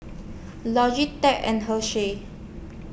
Logitech and Hersheys